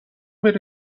بری